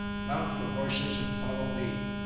mount your horses and follow me.